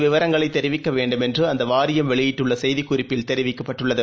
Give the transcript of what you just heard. விவரங்களைதெரிவிக்கவேண்டும் என்றுஅந்தவாரியம் வெளியிட்டுள்ளசெய்திக் குறிப்பில் தெரிவிக்கப்பட்டுள்ளது